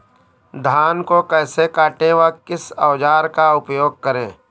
धान को कैसे काटे व किस औजार का उपयोग करें?